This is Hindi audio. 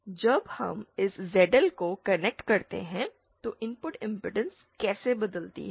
तो जब हम इस zl को कनेक्ट करते हैं तो इनपुट इमपेडेंस कैसे बदलती है